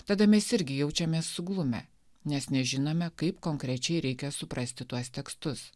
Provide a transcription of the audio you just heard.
tada mes irgi jaučiamės suglumę nes nežinome kaip konkrečiai reikia suprasti tuos tekstus